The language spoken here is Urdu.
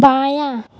بایاں